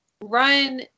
run